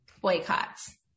boycotts